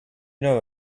know